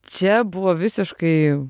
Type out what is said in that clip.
čia buvo visiškai